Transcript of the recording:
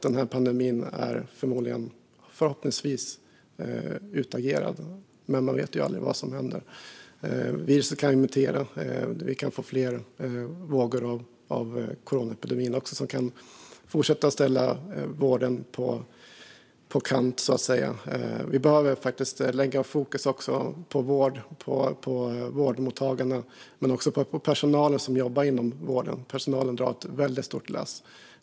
Då är pandemin förhoppningsvis utagerad, men man vet ju aldrig vad som händer. Viruset kan mutera, och vi kan få fler vågor av coronaepidemin som kan fortsätta att ställa vården på kant, så att säga. Vi behöver lägga fokus på vårdmottagandet men också på personalen inom vården. De drar ett väldigt stort lass.